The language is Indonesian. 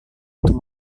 untuk